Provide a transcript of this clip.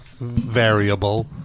variable